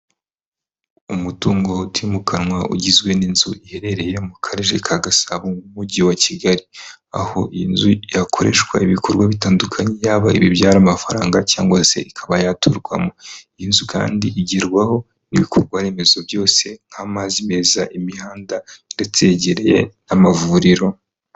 Umutungo utimukanwa ugizwe n'inzu iherereye mu Karere ka Gasabo mu Mujyi wa Kigali, aho iyi nzu yakoreshwa ibikorwa bitandukanye, yaba ibibyara amafaranga cyangwa se ikaba yaturwamo, iyi inzu kandi igerwaho n'ibikorwa remezo byose nk'amazi meza, imihanda ndetse yegereye amavuriro.